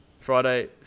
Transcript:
Friday